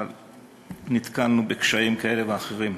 אבל נתקלנו בקשיים כאלה ואחרים